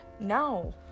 No